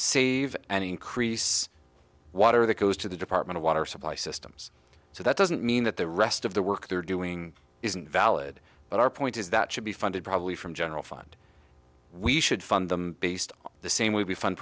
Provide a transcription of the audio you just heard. save and increase water that goes to the department of water supply systems so that doesn't mean that the rest of the work they're doing isn't valid but our point is that should be funded probably from general fund we should fund them based on the same would be fun